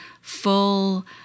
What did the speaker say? full